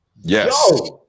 Yes